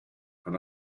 and